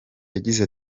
yagize